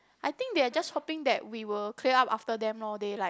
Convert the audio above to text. I think they are just hoping that we will clear up after them lor they like